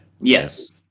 Yes